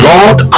Lord